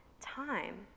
time